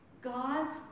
God's